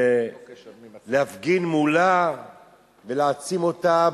ולהפגין מולה ולהעצים אותה.